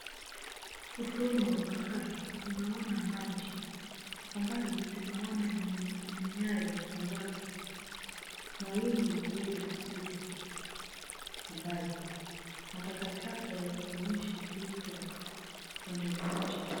Ufuoni mwa bahari, tunaona maji. Kwa mbali tunaona mi minyayo za watu watu, mawimbi yakiweza kupiga kwa mbali. Matakataka yakionyesha kuletwa upande mmoja.